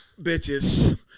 Bitches